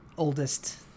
oldest